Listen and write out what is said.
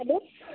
hello